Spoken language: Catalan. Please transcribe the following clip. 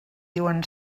diuen